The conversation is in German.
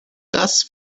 das